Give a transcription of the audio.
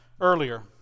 earlier